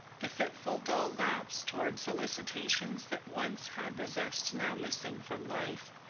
the fitful dull lapse toward solicitations that once had the zest now missing from life,